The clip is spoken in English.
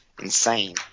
insane